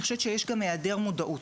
אני חושבת שיש גם היעדר מודעות,